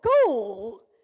school